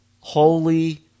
Holy